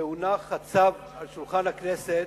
משהונח הצו על שולחן הכנסת,